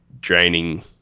draining